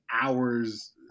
hour's